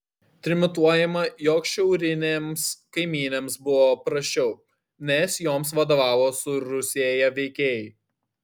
trimituojama jog šiaurinėms kaimynėms buvo prasčiau nes joms vadovavo surusėję veikėjai